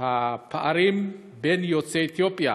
הפערים בין יוצאי אתיופיה